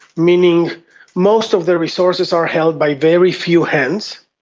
meaning most of the resources are held by very few hands,